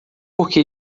porque